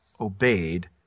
obeyed